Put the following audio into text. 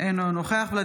אינו נוכח בועז ביסמוט,